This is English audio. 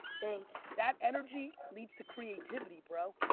thanks. that energy leads to creativity, bro.